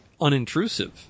unintrusive